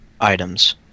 items